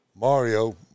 Mario